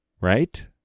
right